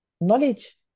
knowledge